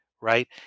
right